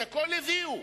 את הכול הביאו,